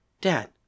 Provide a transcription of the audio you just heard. Dad